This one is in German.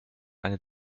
eine